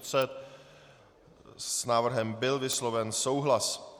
S návrhem byl vysloven souhlas.